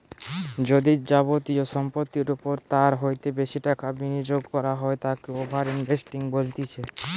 যদি যাবতীয় সম্পত্তির ওপর তার হইতে বেশি টাকা বিনিয়োগ করা হয় তাকে ওভার ইনভেস্টিং বলতিছে